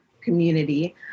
community